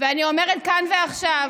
שינויים מהותיים,